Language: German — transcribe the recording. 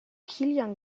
kilian